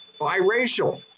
biracial